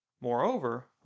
Moreover